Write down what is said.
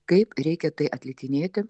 kaip reikia tai atlikinėti